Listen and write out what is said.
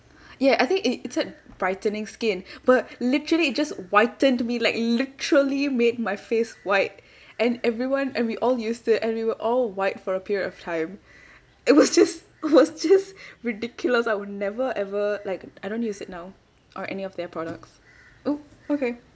ya I think it it said brightening skin but literally it just whitened me like literally made my face white and everyone and we all used it and we were all white for a period of time it was just it was just ridiculous I would never ever like I don't use it now or any of their products oh okay